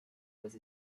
was